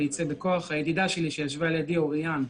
הידידה שלי שישבה לידי, אוריאן,